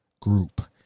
group